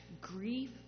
grief